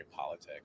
politics